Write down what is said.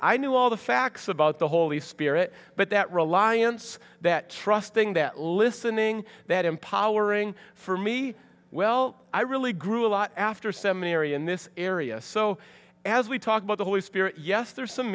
i knew all the facts about the holy spirit but that reliance that trusting that listening that empowering for me well i really grew a lot after seminary in this area so as we talk about the holy spirit yes there is some